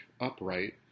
upright